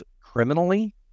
criminally